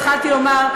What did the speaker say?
התחלתי לומר,